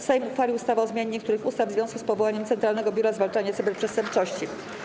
Sejm uchwalił ustawę o zmianie niektórych ustaw w związku z powołaniem Centralnego Biura Zwalczania Cyberprzestępczości.